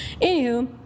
anywho